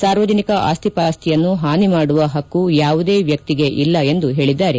ಸಾರ್ವಜನಿಕ ಆಸ್ತಿಪಾಸ್ತಿಯನ್ನು ಹಾನಿ ಮಾಡುವ ಹಕ್ಕು ಯಾವುದೇ ವ್ಯಕ್ತಿಗೆ ಇಲ್ಲ ಎಂದು ಹೇಳಿದ್ದಾರೆ